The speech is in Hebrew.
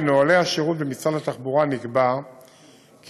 בנוהלי השירות במשרד התחבורה נקבע כי